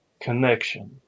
connection